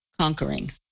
conquering